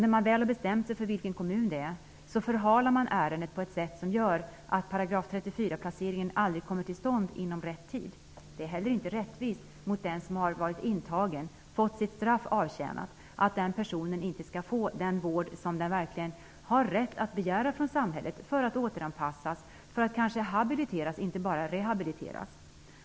När man väl har bestämt sig för vilken kommun det är förhalar man ärendet på ett sätt som gör att § 34-placeringen inte kommer till stånd inom rätt tid. Det är heller inte rättvist att den som har varit intagen och avtjänat sitt straff inte skall få den vård som han eller hon har rätt att begära av samhället. Vården skall återanpassa och kanske habilitera -- inte bara rehabilitera.